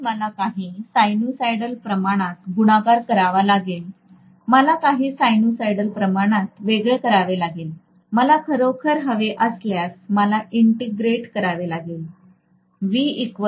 म्हणून मला काही सायनुसायडल प्रमाणात गुणाकार करावा लागेल मला काही सायनुसायडल प्रमाणात वेगळे करावे लागेल मला खरोखर हवे असल्यास मला इंटिग्रेट करावे लागेल